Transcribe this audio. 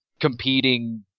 competing